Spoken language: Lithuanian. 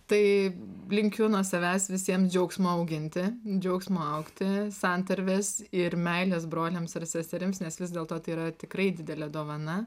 tai linkiu nuo savęs visiem džiaugsmo auginti džiaugsmo augti santarvės ir meilės broliams ar seserims nes vis dėlto tai yra tikrai didelė dovana